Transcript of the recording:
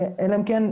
אלא אם כן,